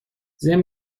ضمن